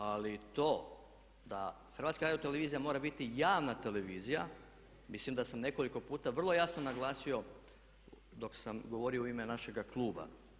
Ali to da HRT mora biti javna televizija mislim da sam nekoliko puta vrlo jasno naglasio dok sam govorio u ime našega kluba.